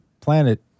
planet